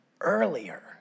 earlier